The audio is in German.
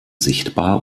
sichtbar